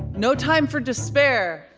no time for despair.